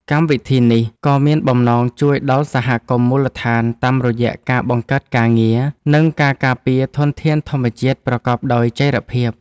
កម្មវិធីនេះក៏មានបំណងជួយដល់សហគមន៍មូលដ្ឋានតាមរយៈការបង្កើតការងារ និងការការពារធនធានធម្មជាតិប្រកបដោយចីរភាព។